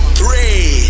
three